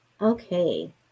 Okay